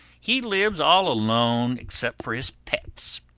he lives all alone except for his pets.